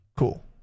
Cool